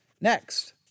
Next